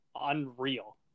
unreal